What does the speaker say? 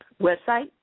website